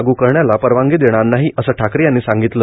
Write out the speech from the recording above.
लागू करण्याला परवानगी देणार नाही असं ठाकरे यांनी सांगितलं